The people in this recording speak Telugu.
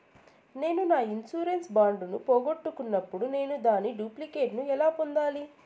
నేను నా ఇన్సూరెన్సు బాండు ను పోగొట్టుకున్నప్పుడు నేను దాని డూప్లికేట్ ను ఎలా పొందాలి?